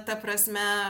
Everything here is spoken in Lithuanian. ta prasme